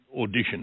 audition